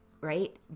right